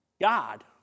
God